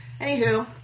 Anywho